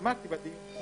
אמרתי בדיון.